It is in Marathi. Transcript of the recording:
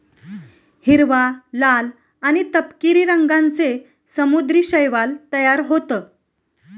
हिरवा, लाल आणि तपकिरी रंगांचे समुद्री शैवाल तयार होतं